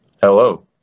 Hello